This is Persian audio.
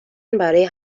برای